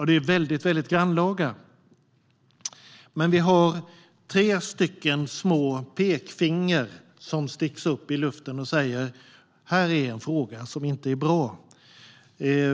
Det är väldigt grannlaga, men vi har tre stycken pekfingrar som kan stickas upp i luften där vi säger att det här är något som inte bra.